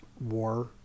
war